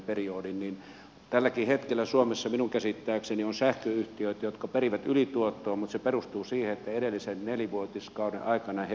tälläkin hetkellä suomessa minun käsittääkseni on sähköyhtiöitä jotka perivät ylituottoa mutta se perustuu siihen että edellisen nelivuotiskauden aikana he perivät alituottoa